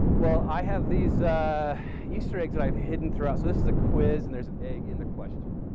well, i have these easter eggs that i've hidden throughout. so this is a quiz and there's egg in the question.